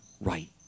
right